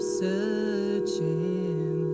searching